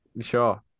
Sure